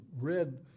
read